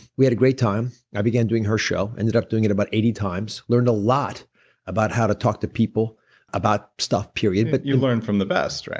we had a great time. i began doing her show, ended up doing it about eighty times. learned a lot about how to talk to people about stuff, period. but you learned from the best, right?